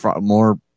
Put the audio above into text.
More